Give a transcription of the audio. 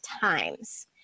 times